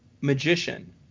magician